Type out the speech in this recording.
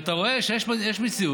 ואתה רואה שיש מציאות